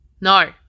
no